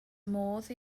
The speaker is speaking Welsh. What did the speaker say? modd